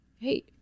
hey